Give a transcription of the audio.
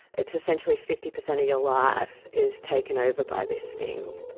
it's essentially fifty percent of your life is taken over by this thing.